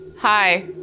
Hi